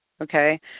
Okay